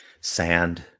sand